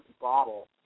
bottle